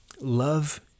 love